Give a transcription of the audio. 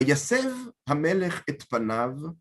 ‫ויסב המלך את פניו,